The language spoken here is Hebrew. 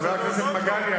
חבר הכנסת מגלי,